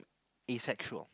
asexual